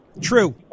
True